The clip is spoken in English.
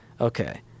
okay